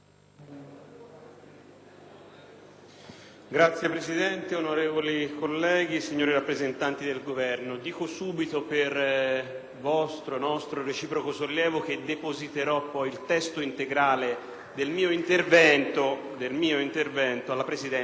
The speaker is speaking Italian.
Signor Presidente, onorevoli colleghi, signori rappresentanti del Governo, dico subito, per vostro e nostro reciproco sollievo, che depositeropoi il testo integrale del mio intervento perche´ sia